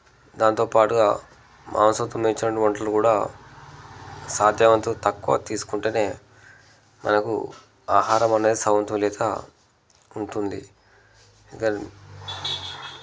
దాంతో పాటుగా మాంసంకు సంబంధించిన వంటలు కూడా కూడా సాధ్యమైనంత తక్కువ తీసుకుంటూనే మనకు ఆహారం అనేది సమతుల్యత ఉంటుంది ఎందుకు